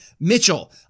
Mitchell